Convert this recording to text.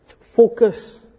Focus